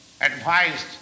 advised